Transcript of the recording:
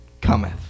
cometh